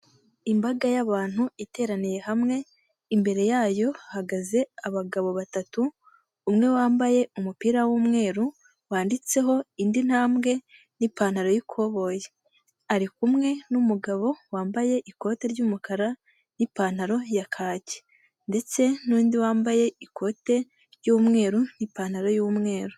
Imbaga y'abantu iteraniye hamwe, imbere yayo hahagaze abagabo batatu umwe wambaye umupira w'umweru wanditseho indi ntambwe n'ipantaro y'ikoboyi, ari kumwe n'umugabo wambaye ikote ry'umukara n'ipantaro ya kaki ndetse n'undi wambaye ikote ry'umweru n'ipantaro y'umweru.